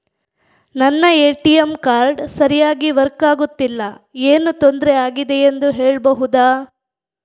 ನನ್ನ ATM card ಸರಿಯಾಗಿ work ಆಗುತ್ತಿಲ್ಲ, ಏನು ತೊಂದ್ರೆ ಆಗಿದೆಯೆಂದು ಹೇಳ್ಬಹುದಾ?